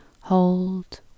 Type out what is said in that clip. hold